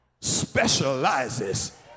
specializes